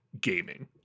gaming